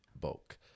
bulk